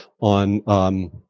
on